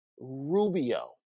Rubio